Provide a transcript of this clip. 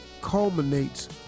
culminates